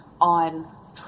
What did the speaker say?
on